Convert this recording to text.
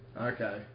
okay